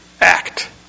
act